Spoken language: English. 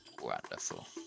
Wonderful